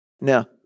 Now